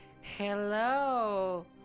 Hello